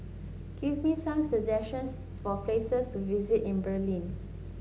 give me some suggestions for places to visit in Berlin